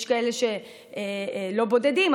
יש כאלה שהאחוזים לא בודדים,